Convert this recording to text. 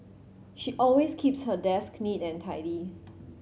she always keeps her desk neat and tidy